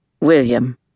William